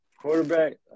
Quarterback